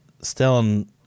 Stellan